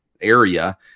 area